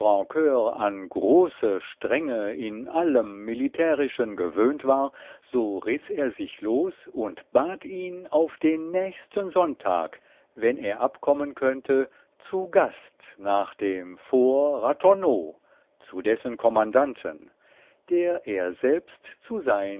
an große strenge in allem militärischen gewöhnt war so riß er sich los und bat ihn auf den nächsten sonntag wenn er abkommen könnte zu gast nach dem fort ratonneau zu dessen kommandanten der er selbst zu sein